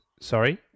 Sorry